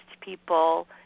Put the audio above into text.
people